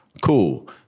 Cool